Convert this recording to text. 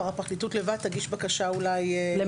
הפרקליטות לבד תגיש בקשה למעצר,